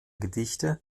gedichte